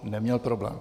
Neměl problém.